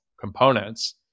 components